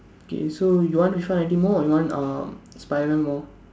okay so you want more or you want uh Spiderman more